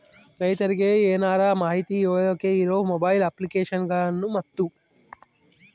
ರೈತರಿಗೆ ಏನರ ಮಾಹಿತಿ ಕೇಳೋಕೆ ಇರೋ ಮೊಬೈಲ್ ಅಪ್ಲಿಕೇಶನ್ ಗಳನ್ನು ಮತ್ತು?